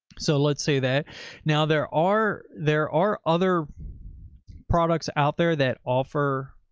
so let's say that now there are, there are other products out there that offer.